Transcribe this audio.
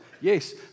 Yes